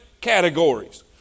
categories